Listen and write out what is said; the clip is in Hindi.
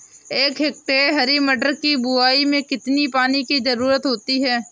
एक हेक्टेयर हरी मटर की बुवाई में कितनी पानी की ज़रुरत होती है?